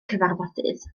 cyfarfodydd